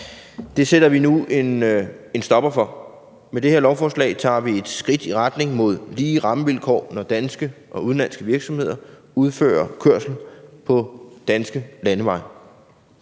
Det sætter vi nu en stopper for. Med det her lovforslag tager vi et skridt i retning mod lige rammevilkår, når danske og udenlandske virksomheder udfører kørsel på danske landeveje.